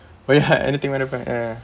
anything want to